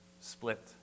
split